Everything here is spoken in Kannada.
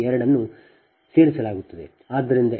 14 ಈ ಎರಡನ್ನು jಜೆ 0